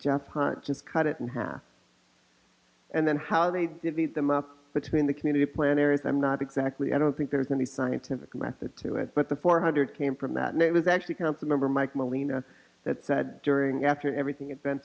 just just cut it in half and then how they divvy them up between the community planners i'm not exactly i don't think there's any scientific method to it but the four hundred came from that it was actually council member mike molina that said during after everything